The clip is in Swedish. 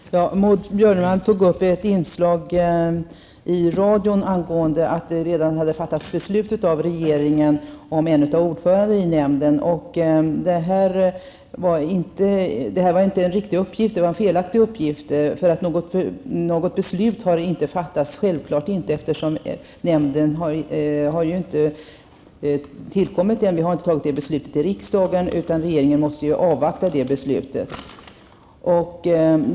Herr talman! Maud Björnemalm nämnde ett inslag i radion där det talats om att beslut redan fattats av regeringen angående en av ordförandena i utlänningsnämnden. Jag vill framhålla att lämnad uppgift var felaktig. Beslut har nämligen inte fattats. Självfallet har beslut inte fattats, eftersom nämnden ännu inte har tillkommit. Beslut därom har inte fattats av regeringen, som ju har att först avvakta riksdagens beslut.